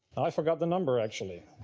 i forgot the number actually.